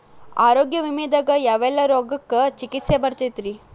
ಆರೋಗ್ಯ ವಿಮೆದಾಗ ಯಾವೆಲ್ಲ ರೋಗಕ್ಕ ಚಿಕಿತ್ಸಿ ಬರ್ತೈತ್ರಿ?